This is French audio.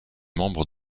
membre